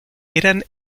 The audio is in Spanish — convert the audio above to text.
eran